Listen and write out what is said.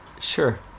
Sure